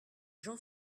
jean